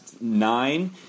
nine